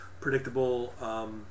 predictable